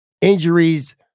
injuries